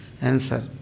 answer